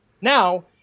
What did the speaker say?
Now